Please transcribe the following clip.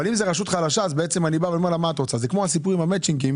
אבל אם זו רשות חלשה זה כמו הסיפור עם המצ'ינג,